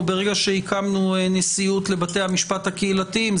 או ברגע שהקמנו נשיאות לבתי המשפט הקהילתיים,